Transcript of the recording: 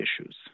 issues